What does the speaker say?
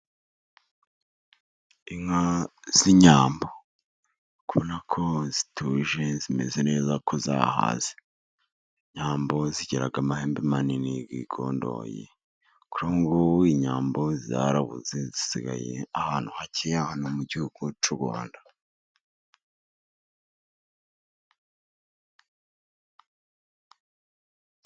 Inka z'inyambo. Uri kubonako zituje, zimeze neza, ko zahaze. Inyambo zigira amahembe manini yigondoye, kuri ubungubu inyambo zarabuze, zisigaye ahantu hakeya mu Gihugu cy'u Rwanda.